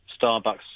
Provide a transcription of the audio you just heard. Starbucks